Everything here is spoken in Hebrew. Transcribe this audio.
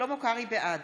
בעד